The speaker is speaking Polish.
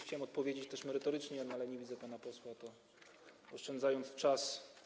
Chciałem odpowiedzieć też merytorycznie, ale nie widzę pana posła, to oszczędzę czas.